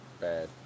bad